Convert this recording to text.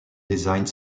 designed